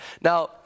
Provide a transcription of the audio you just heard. Now